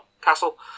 castle